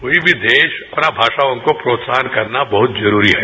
कोई भी अपना देश भाषाओं को प्रोत्साहन करना बहुत जरूरी है